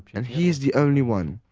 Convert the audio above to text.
and he is the only one,